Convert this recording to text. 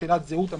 שאלת זהות המלווה.